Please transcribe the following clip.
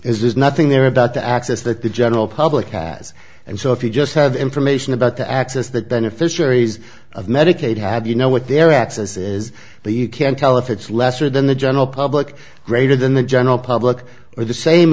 is there's nothing there about the access that the general public has and so if you just have information about the access that beneficiaries of medicaid have you know what their access is the you can tell if it's lesser than the general public greater than the general public or the same